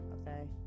Okay